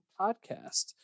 podcast